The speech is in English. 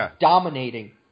dominating